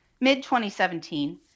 mid-2017